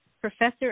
Professor